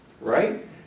right